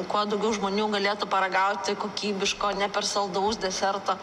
kuo daugiau žmonių galėtų paragauti kokybiško ne per saldaus deserto